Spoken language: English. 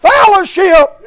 Fellowship